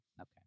Okay